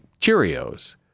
Cheerios